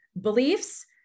beliefs